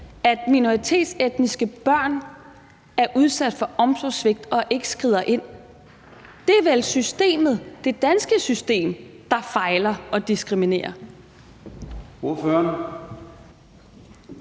at minoritetsetniske børn er udsat for omsorgssvigt, og ikke skrider ind. Det er vel systemet, det danske system, der fejler og diskriminerer. Kl.